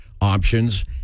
options